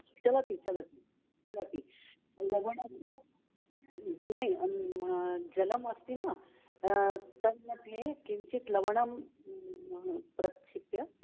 चलति चलति चलति लवणस्य नै जलम् अस्ति न तन्मध्ये किञ्चित् लवणं प्रक्षिप्य